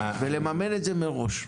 ולממן את זה מראש.